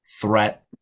threat